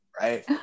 Right